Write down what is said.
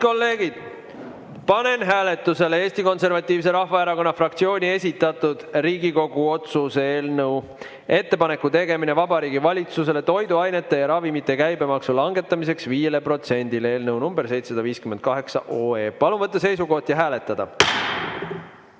Head kolleegid, panen hääletusele Eesti Konservatiivse Rahvaerakonna fraktsiooni esitatud Riigikogu otsuse "Ettepaneku tegemine Vabariigi Valitsusele toiduainete ja ravimite käibemaksu langetamiseks 5 protsendile" eelnõu 758. Palun võtta seisukoht ja hääletada!